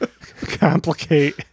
complicate